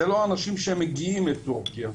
זה לא אנשים שמגיעים לטורקיה,